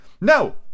No